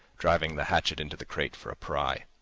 driving the hatchet into the crate for a pry.